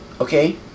Okay